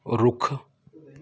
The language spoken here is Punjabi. ਰੁੱਖ